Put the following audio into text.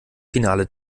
finale